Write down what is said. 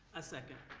i second.